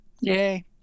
Yay